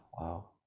Wow